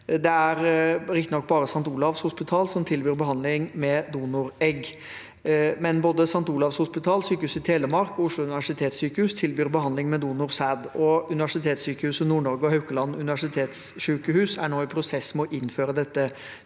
bare St. Olavs hospital som tilbyr behandling med donoregg, men både St. Olavs hospital, Sykehuset Telemark og Oslo universitetssykehus tilbyr behandling med donorsæd. Universitetssykehuset Nord-Norge og Haukeland universitetssykehus er nå i en prosess med å innføre dette.